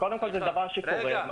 זה דבר שקורה,